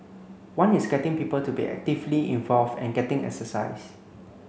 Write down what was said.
one is getting people to be actively involved and getting exercise